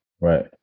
Right